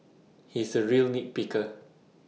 he is A real nit picker